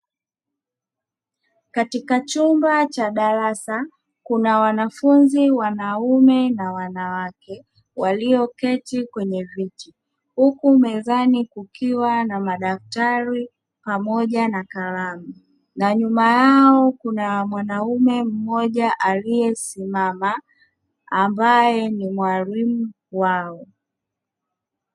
Katika chumba cha darasa kuna wanafunzi wanaume na wanawake, walioketi kwenye viti huku mezani kukiwa na madaftari pamoja na kalamu na nyuma yao kuna mwanaume mmoja aliyesimama ambaye ni mwalimu wao.